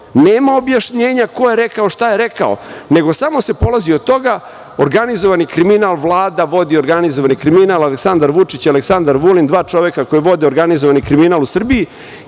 Nema objašnjenja ko je rekao, šta je rekao, nego samo se polazi od toga - organizovani kriminal, Vlada vodi organizovani kriminal, Aleksandar Vučić, Aleksandar Vulin, dva čoveka koja vode organizovani kriminal u Srbiji